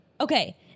Okay